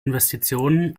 investitionen